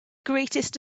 greatest